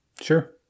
Sure